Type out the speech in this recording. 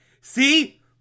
See